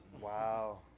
Wow